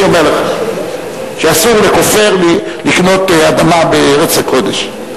אני אומר לך שאסור לכופר לקנות אדמה בארץ הקודש.